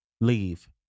Leave